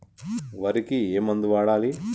వరికి ఏ మందు వాడాలి?